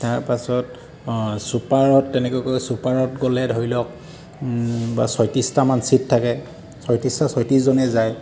তাৰপাছত ছুপাৰত তেনেকৈ কৰি ছুপাৰত গ'লে ধৰি লওক বা ছয়ত্ৰিছটামান ছীট থাকে ছয়ত্ৰিছটা ছয়ত্ৰিছজনে যায়